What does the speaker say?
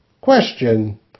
Question